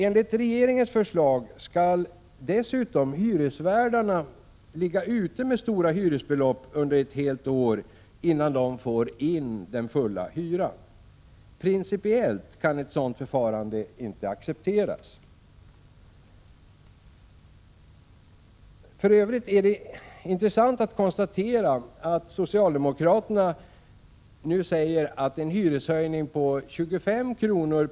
Enligt regeringens förslag skall dessutom hyresvärdarna ligga ute med stora hyresbelopp under ett helt år innan de får in den fulla hyran. Principiellt kan ett sådant förfarande inte accepteras. För övrigt är det intressant att konstatera att socialdemokraterna säger att en hyreshöjning på 25 kr.